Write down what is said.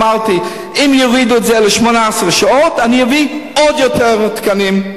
אמרתי: אם יורידו את זה ל-18 שעות אני אביא עוד תקנים,